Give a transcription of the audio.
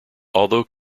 although